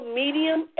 medium